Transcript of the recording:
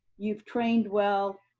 you've trained well,